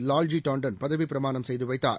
லால்ஜிடாண்டன்பதவிப்பிரமாணம்செய்துவைத்தார்